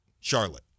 Charlotte